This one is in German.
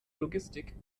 logistik